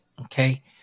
Okay